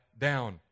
down